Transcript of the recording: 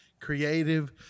creative